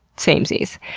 samesies.